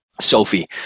Sophie